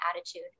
attitude